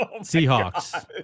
Seahawks